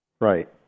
Right